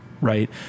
right